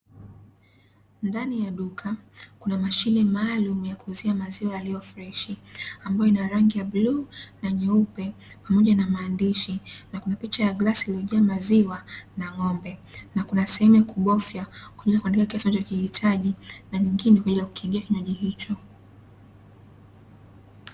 Ndani ya duka kuna mashine maalum ya kuuzia maziwa yaliyo freshi ambayo ina rangi ya bluu na nyeupe, pamoja na maandishi; na kuna picha ya glasi iliyojaa maziwa na ng'ombe, na kuna sehemu ya kubofya kwa ajili ya kuandika kiasi unachokihitaji na nyingine kwa ajili ya kukingia kinywaji hicho.